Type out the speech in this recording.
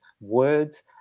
Words